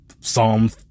Psalm